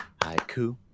Haiku